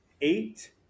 eight